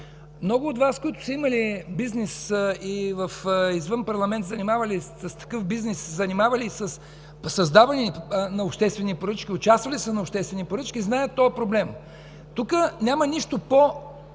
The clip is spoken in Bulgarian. Много от Вас, които са имали бизнес и извън парламента са се занимавали с такъв бизнес, са се занимавали и със създаване на обществени поръчки, участвали са в обществени поръчки и знаят този проблем. Тук няма нищо